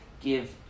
Give